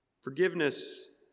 Forgiveness